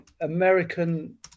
American